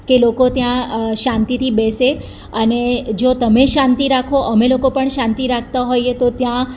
કે લોકો ત્યાં શાંતિથી બેસે અને અને જો તમે શાંતિ રાખો અમે લોકો પણ શાંતિ રાખતા હોઈએ તો ત્યાં